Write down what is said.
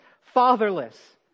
fatherless